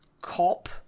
cop